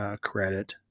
credit